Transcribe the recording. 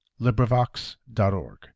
LibriVox.org